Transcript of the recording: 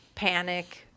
Panic